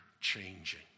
changing